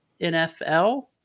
NFL